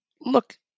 Look